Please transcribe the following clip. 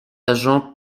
agent